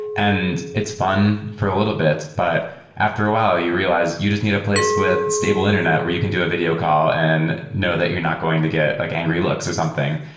and it's fun for a little bit, but after a while you realize you just need a place with stable internet where you can do a video call and know that you're not going to get like angry looks or something.